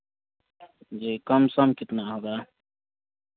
जे कम सम कितना होगा